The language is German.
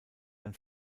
ein